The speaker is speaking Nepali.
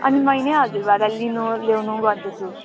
अनि मै नै हजुरबाबालाई लिनु ल्याउनु गर्दैछु